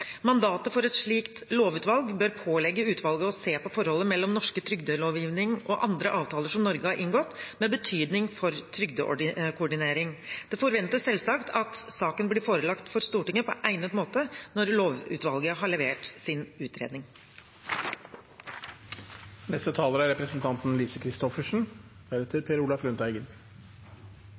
Mandatet for et slikt lovutvalg bør pålegge utvalget å se på forholdet mellom norsk trygdelovgivning og andre avtaler som Norge har inngått med betydning for trygdekoordinering. Det forventes selvsagt at saken blir forelagt for Stortinget på egnet måte når lovutvalget har levert sin